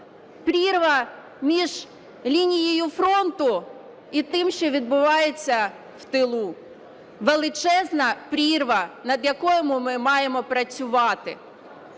прірва між лінією фронту і тим, що відбувається в тилу, величезна прірва, над якою ми маємо працювати.